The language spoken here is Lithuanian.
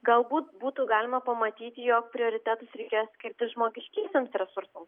galbūt būtų galima pamatyti jog prioritetus reikia skirti žmogiškiesiems resursams